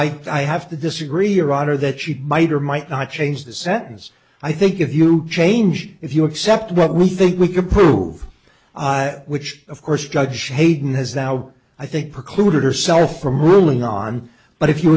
but i have to disagree your honor that she might or might not change the sentence i think if you change if you accept what we think we can prove which of course judge hayden has now i think precluded herself from ruling on but if you